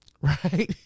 right